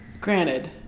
Granted